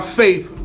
faith